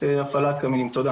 בשבט תשפ"ב.